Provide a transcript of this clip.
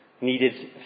needed